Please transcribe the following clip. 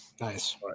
Nice